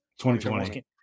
2020